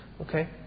Okay